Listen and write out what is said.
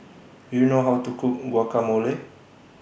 Do YOU know How to Cook Guacamole